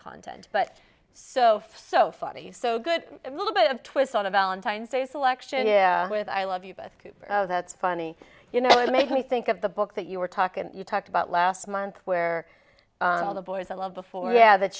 content but so far so funny so good a little bit of twist on a valentine's day selection with i love you but that's funny you know it makes me think of the book that you were talking you talked about last month where all the boys i love before yeah that